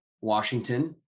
Washington